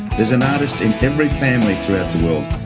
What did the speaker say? there's an artist in every family throughout the world.